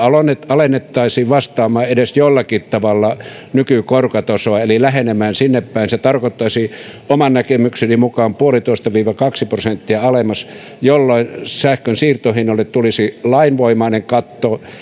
alennettaisiin vastaamaan edes jollakin tavalla nykykorkotasoa eli lähenemään sinne päin se tarkoittaisi oman näkemykseni mukaan yksi pilkku viisi viiva kaksi prosenttia alempaa jolloin sähkönsiirtohinnalle tulisi lainvoimainen katto